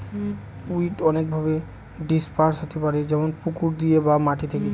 weed অনেকভাবে disperse হতে পারে যেমন পুকুর দিয়ে বা মাটি থেকে